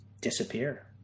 disappear